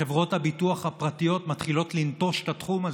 חברות הביטוח הפרטיות מתחילות לנטוש את התחום הזה.